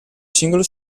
singolo